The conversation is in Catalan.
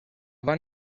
van